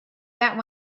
that